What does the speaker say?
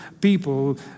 people